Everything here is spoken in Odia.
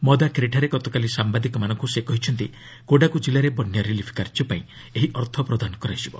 ମଦାକିରିଠାରେ ଗତକାଲି ସାମ୍ଭାଦିକମାନଙ୍କ ସେ କହିଛନ୍ତି କୋଡାଗୁ ଜିଲ୍ଲାରେ ବନ୍ୟା ରିଲିଫ୍ କାର୍ଯ୍ୟପାଇଁ ଏହି ଅର୍ଥ ପ୍ରଦାନ କରାଯିବ